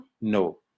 No